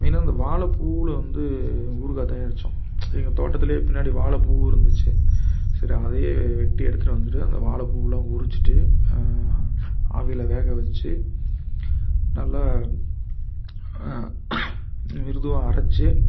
மெயினாக இந்த வாழைப்பூவுல வந்து ஊறுகாய் தயாரித்தோம் எங்கள் தோட்டத்திலே பின்னாடி வாழைப்பூவு இருந்துச்சு சரி அதையே வெட்டி எடுத்துகிட்டு வந்துட்டு அந்த வாழைப்பூவுலாம் உரிச்சிட்டு ஆவியில வேக வச்சு நல்ல மிருதுவா அரைச்சி